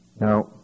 Now